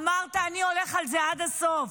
אמרת: אני הולך על זה עד הסוף.